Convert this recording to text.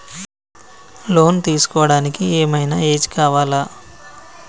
Loan తీస్కోవడానికి ఏం ఐనా ఏజ్ కావాలా?